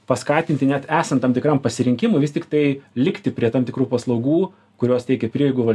paskatinti net esant tam tikram pasirinkimui vis tiktai likti prie tam tikrų paslaugų kurios teikia prieigų val